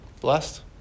Blessed